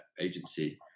agency